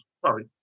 Sorry